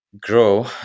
grow